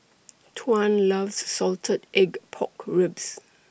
Tuan loves Salted Egg Pork Ribs